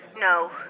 No